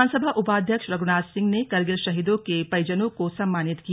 विधानसभा उपाध्यक्ष रघुनाथ सिंह ने करगिल शहीदों के परिजनों को सम्मानित किया